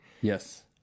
Yes